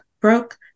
broke